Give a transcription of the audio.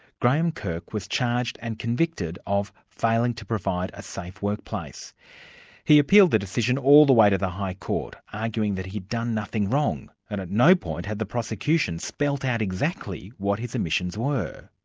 graeme kirk was charged and convicted of failing to provide a safe workplace he appealed the decision all the way to the high court, arguing that he'd done nothing wrong, and at no point had the prosecution spelled out exactly what his omissions were.